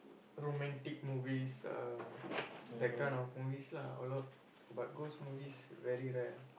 romantic movies uh that kind of movies lah a lot but ghost movies very rare ah